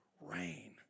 rain